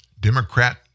Democrat